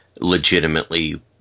legitimately